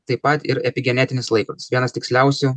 taip pat ir epigenetinis laikrodis vienas tiksliausių